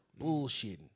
bullshitting